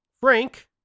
Frank